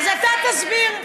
אתה תסביר,